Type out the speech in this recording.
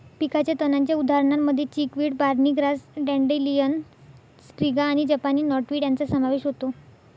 पिकाच्या तणांच्या उदाहरणांमध्ये chickweed, barnyard grass, dandelion, striga आणि जपानी नॉटवीड यांचा समावेश होतो